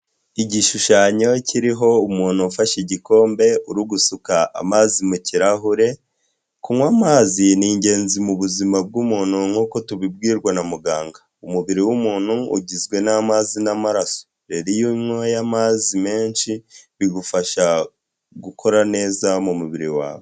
Igishushanyo kiriho umuntu ufashe igikombe uri gusuka amazi mu kirahure, kunywa amazi ni ingenzi mubuzima bw'umuntu nkuko tubibwirwa na muganga. Umubiri w'umuntu ugizwe n'amazi n'amaraso rero iyo unywa amazi menshi bigufasha gukora neza mumubiri wawe.